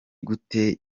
gute